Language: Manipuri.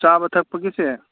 ꯆꯥꯕ ꯊꯛꯄꯒꯤꯁꯦ